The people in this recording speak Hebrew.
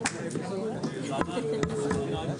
בשעה 11:00.